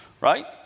right